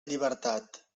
llibertat